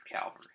Calvary